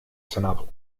senado